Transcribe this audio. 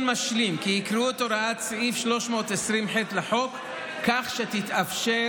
משלים כי יקראו את הוראת סעיף 320(ח) לחוק כך שתתאפשר